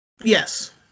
Yes